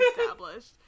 established